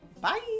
Bye